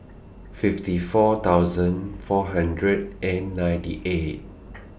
fifty four thousand four hundred and ninety eight